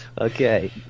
Okay